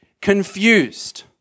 confused